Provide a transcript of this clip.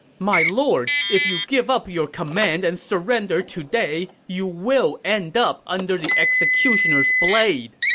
my lord! if you give up your command and surrender today, you will end up under the executioner's blade!